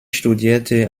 studierte